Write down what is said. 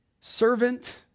servant